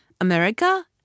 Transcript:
america